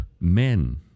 men